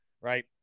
Right